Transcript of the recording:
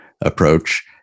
approach